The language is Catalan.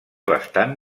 bastant